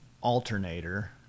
alternator